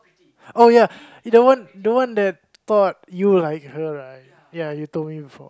oh ya the one the one that thought you like her right ya you told before